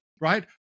right